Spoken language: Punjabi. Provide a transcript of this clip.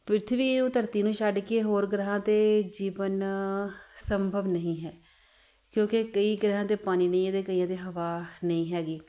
ਪ੍ਰਿਥਵੀ ਨੂੰ ਧਰਤੀ ਨੂੰ ਛੱਡ ਕੇ ਹੋਰ ਗ੍ਰਹਿਆਂ 'ਤੇ ਜੀਵਨ ਸੰਭਵ ਨਹੀਂ ਹੈ ਕਿਉਂਕਿ ਕਈ ਗ੍ਰਹਿਆਂ 'ਤੇ ਪਾਣੀ ਨਹੀਂ ਹੈ ਅਤੇ ਕਈਆਂ ਦੇ ਹਵਾ ਨਹੀਂ ਹੈਗੀ